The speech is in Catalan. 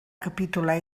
capitular